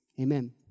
amen